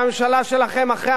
אחרי המשבר האחרון,